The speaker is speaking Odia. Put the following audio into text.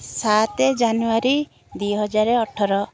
ସାତେ ଜାନୁୟାରୀ ଦୁଇ ହଜାର ଅଠର